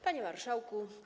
Panie Marszałku!